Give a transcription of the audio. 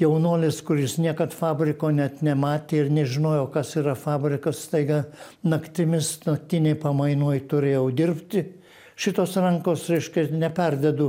jaunuolis kuris niekad fabriko net nematė ir nežinojo kas yra fabrikas staiga naktimis naktinėj pamainoj turėjau dirbti šitos rankos reiškia neperdedu